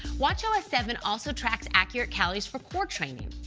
watchos seven also tracks accurate calories for core training,